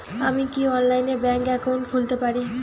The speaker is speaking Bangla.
আমি কি অনলাইনে ব্যাংক একাউন্ট খুলতে পারি?